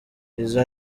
izo